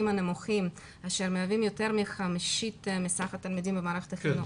הנמוכים אשר מהווים יותר מחמישית מסך התלמידים במערכת החינוך.